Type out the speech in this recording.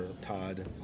Todd